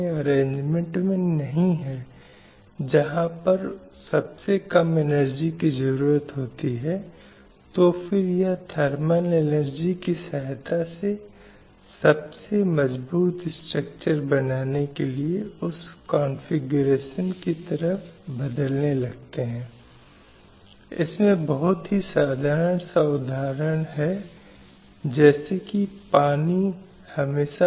अब इस तरह के उपायों में शामिल है कि उनकी कानूनी प्रणाली में पुरुषों और महिलाओं की समानता के सिद्धांतों को शामिल करना सभी भेदभावपूर्ण कानूनों को समाप्त करना और इस तरह के भेदभाव को रोकने के लिए उपयुक्त लोगों को अपनाना